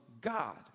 God